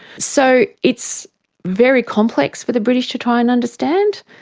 so it's very complex for the british to try and understand,